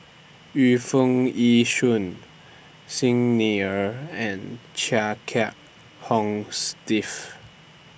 Yu Foo Yee Shoon Xi Ni Er and Chia Kiah Hong Steve